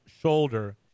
shoulder